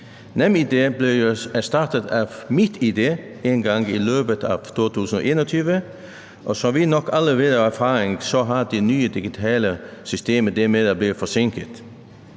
NemID bliver jo erstattet af MitID engang i løbet af 2021, og som vi nok alle ved af erfaring, har nye digitale systemer det med at blive forsinkede.